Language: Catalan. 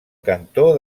cantó